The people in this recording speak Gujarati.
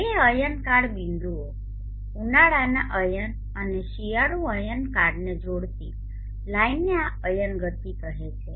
બે અયનકાળ બિંદુઓ ઉનાળાના અયન અને શિયાળુ અયનકાળને જોડતી લાઇનને આ અયન ગતિ કહે છે